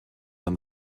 than